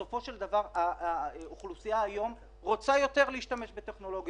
בסופו של דבר האוכלוסייה היום רוצה יותר להשתמש בטכנולוגיה.